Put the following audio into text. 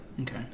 Okay